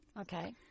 Okay